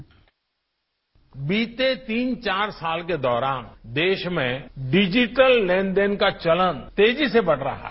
bite बीते तीन चार साल के दौरान देश में डिजिटल लेन देन का चलन तेजी से बढ़ रहा है